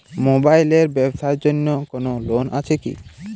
Mobile এর ব্যাবসার জন্য কোন লোন আছে কি?